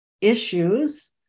issues